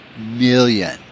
million